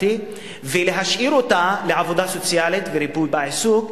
ולהשאיר אותה לעבודה סוציאלית ולהפרעות בתקשורת,